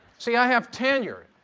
see, i have tenure.